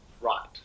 right